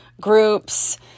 groups